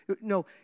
No